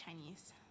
Chinese